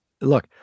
look